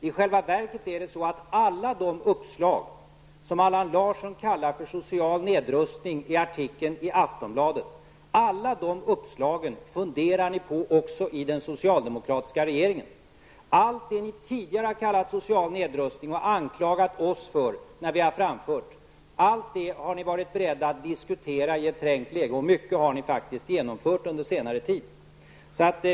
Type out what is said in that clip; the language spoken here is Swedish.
I själva verket förhåller det sig så, att alla de uppslag som Allan Larsson kallar för social nedrustning i artikeln i Aftonbladet funderar också den socialdemokratiska regeringen på. Allt det ni tidigare kallat social nedrustning och anklagat oss för när vi har framfört det, allt det har ni varit beredda att diskutera i ett trängt läge, och mycket har ni faktiskt genomfört under senare tid.